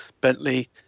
Bentley